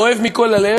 אוהב מכל הלב,